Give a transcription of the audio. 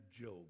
Job